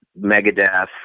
Megadeth